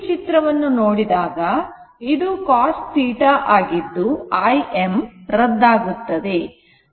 ಈ ಚಿತ್ರವನ್ನು ನೋಡಿದಾಗ ಇದು cos θ ಆಗಿದ್ದು Im ರದ್ದಾಗುತ್ತದೆ